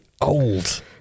old